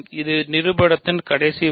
இது நிறுபனத்தின் கடைசி வரி